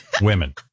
women